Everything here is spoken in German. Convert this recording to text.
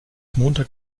montag